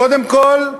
קודם כול,